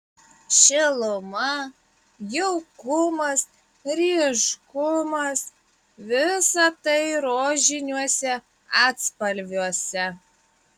šiluma jaukumas ryškumas visa tai rožiniuose atspalviuose